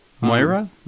Moira